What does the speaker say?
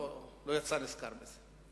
לא יצא נשכר מזה.